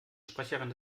sprecherin